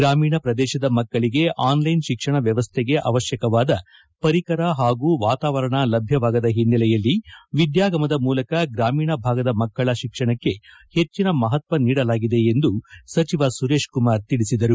ಗ್ರಾಮೀಣ ಪ್ರದೇಶದ ಮಕ್ಕಳಿಗೆ ಆನ್ಲೈನ್ ಶಿಕ್ಷಣ ವ್ಯವಸ್ಥೆಗೆ ಅವಕ್ಕವಾದ ಪರಿಕರ ಹಾಗೂ ವಾತಾವರಣ ಲಭ್ಯವಾಗದ ಹಿನ್ನಲೆಯಲ್ಲಿ ವಿದ್ಯಾಗಮದ ಮೂಲಕ ಗ್ರಾಮೀಣ ಭಾಗದ ಮಕ್ಕಳ ಶಿಕ್ಷಣಕ್ಕೆ ಹೆಚ್ಚಿನ ಮಹತ್ವ ನೀಡಲಾಗಿದೆ ಎಂದು ಸಚಿವ ಸುರೇಶ್ ಕುಮಾರ್ ಹೇಳಿದರು